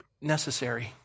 necessary